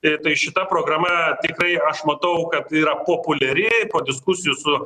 ir tai šita programa tikrai aš matau kad yra populiari po diskusijų su